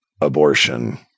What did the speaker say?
abortion